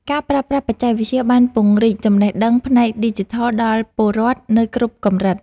ការប្រើប្រាស់បច្ចេកវិទ្យាបានពង្រីកចំណេះដឹងផ្នែកឌីជីថលដល់ពលរដ្ឋនៅគ្រប់កម្រិត។